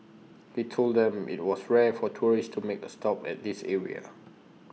he told them that IT was rare for tourists to make A stop at this area